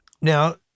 Now